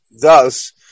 Thus